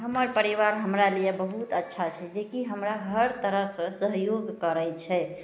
हमर परिवारमे हमरा लिए बहुत अच्छा छै जेकि हमरा हर तरहसे सहयोग करै छै